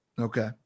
Okay